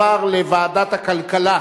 רכב מנועי (שינוי מרכיב ההעמסה בתעריף הביטוח),